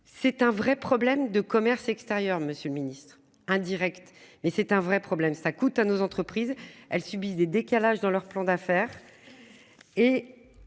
C'est un vrai problème de commerce extérieur, Monsieur le Ministre indirect et c'est un vrai problème, ça coûte à nos entreprises elles subissent des décalages dans leur plan d'affaires.